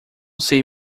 sei